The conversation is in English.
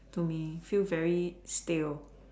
to me feel very stale